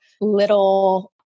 little